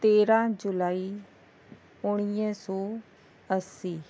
तेरहं जुलाई उणीवीह सौ असीं